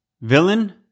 villain